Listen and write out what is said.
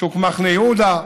שוק מחנה יהודה.